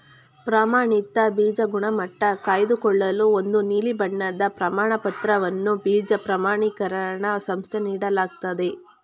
ಪ್ರಮಾಣಿತ ಬೀಜ ಗುಣಮಟ್ಟ ಕಾಯ್ದುಕೊಳ್ಳಲು ಒಂದು ನೀಲಿ ಬಣ್ಣದ ಪ್ರಮಾಣಪತ್ರವನ್ನು ಬೀಜ ಪ್ರಮಾಣಿಕರಣ ಸಂಸ್ಥೆ ನೀಡಲಾಗ್ತದೆ